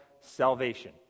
salvation